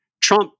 Trump